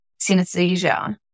synesthesia